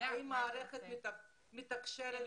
האם המערכת מתקשרת איתם?